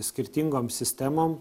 skirtingom sistemom